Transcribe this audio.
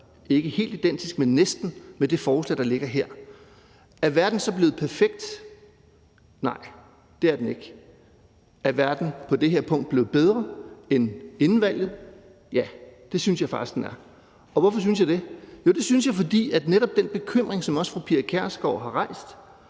var helt identisk, men næsten, med det forslag, der ligger her. Er verden så blevet perfekt? Nej, det er den ikke. Er verden på det her punkt blevet bedre end inden valget? Ja, det synes jeg faktisk den er. Og hvorfor synes jeg det? Jo, det synes jeg, fordi netop den bekymring, som også fru Pia Kjærsgaard har rejst